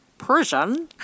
Persian